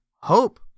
Hope